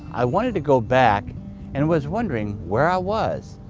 i wanted to go back and was wondering where i was.